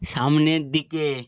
সামনের দিকে